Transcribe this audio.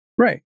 Right